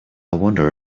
wonder